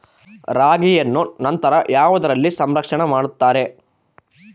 ರಾಗಿಯನ್ನು ನಂತರ ಯಾವುದರಲ್ಲಿ ಸಂರಕ್ಷಣೆ ಮಾಡುತ್ತಾರೆ?